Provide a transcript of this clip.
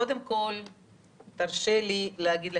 והדרת פני